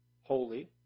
holy